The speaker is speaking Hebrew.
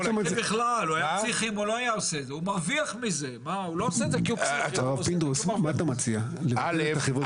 ראשית,